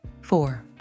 Four